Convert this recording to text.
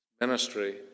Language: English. ministry